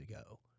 ago